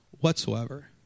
whatsoever